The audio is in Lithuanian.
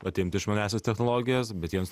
atimti išmaniąsias technologijas bet jiems